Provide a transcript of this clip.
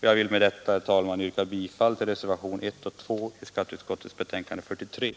Jag vill med detta, herr talman, yrka bifall till reservationerna 1 och 2.